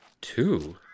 Two